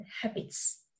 habits